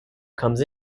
comes